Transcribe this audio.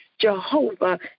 Jehovah